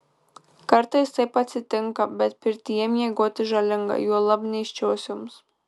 kartais taip atsitinka bet pirtyje miegoti žalinga juolab nėščiosioms